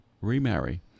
remarry